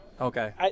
Okay